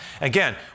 Again